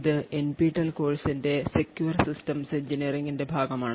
ഇത് എൻപിടിഎൽ കോഴ്സിന്റെ secure systems എഞ്ചിനീയറിംഗിന്റെ ഭാഗമാണ്